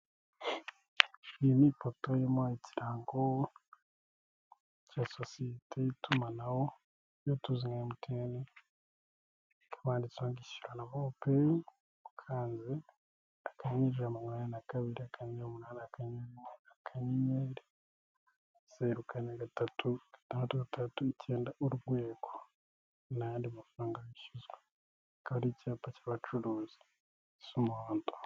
Iyi ni ipoto irimo ikirango cya sosiyete y'itumanaho, iyo tuzi nka emutiyeni, ikaba yanditseho ngo "Ishyura na Momo peyi ukanze *182*1*043669#, Nta yandi mafaranga wishyuzwa". Akaba ari icyapa cy'abacuruzi gisa umuhondo.